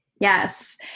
Yes